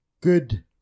Good